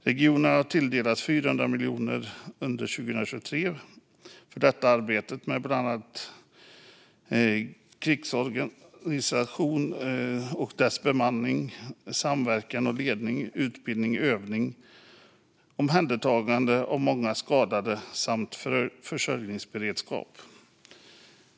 Regionerna har tilldelats 400 miljoner kronor 2023 för att arbeta med bland annat krigsorganisation och dess bemanning, samverkan och ledning, utbildning och övning, omhändertagande av många skadade samt försörjningsberedskap.